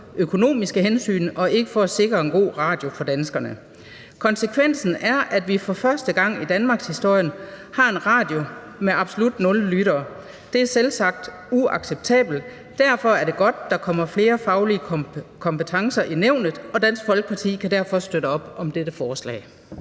økonomiske hensyn og ikke for at sikre en god radio til danskerne. Konsekvensen er, at vi for første gang i danmarkshistorien har en radio med absolut nul lyttere. Det er selvsagt uacceptabelt. Derfor er det godt, at der kommer flere faglige kompetencer i nævnet, og Dansk Folkeparti kan derfor støtte op om dette forslag.